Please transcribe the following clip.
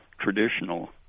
traditional